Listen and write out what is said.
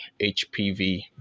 HPV